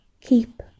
Keep